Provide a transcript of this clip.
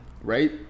Right